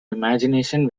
imagination